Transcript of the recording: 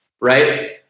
Right